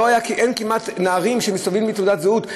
אין כמעט נערים שמסתובבים בלי תעודת זהות.